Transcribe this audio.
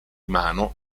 mano